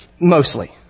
mostly